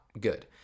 good